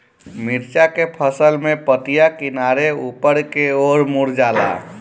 मिरचा के फसल में पतिया किनारे ऊपर के ओर मुड़ जाला?